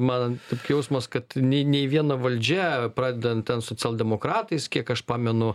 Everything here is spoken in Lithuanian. man jausmas kad nei viena valdžia pradedant ten socialdemokratais kiek aš pamenu